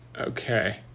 okay